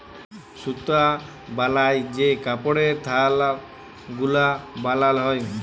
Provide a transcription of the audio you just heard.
সুতা বালায় যে কাপড়ের থাল গুলা বালাল হ্যয়